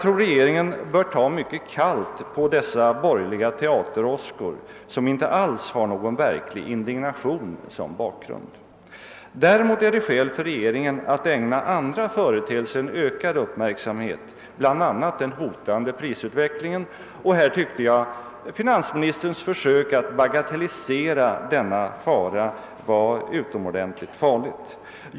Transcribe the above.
Regeringen bör ta mycket kallt på dessa borgerliga teateråskor, som inte alls har någon verklig indignation som bakgrund. Däremot är det skäl för regeringen att ägna ökad uppmärksamhet åt andra företeelser, bl.a. den hotande prisutvecklingen. Jag tyckte att finansministerns försök att bagatellisera denna risk var utomordentligt farligt.